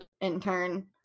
intern